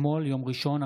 7